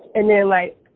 and then like,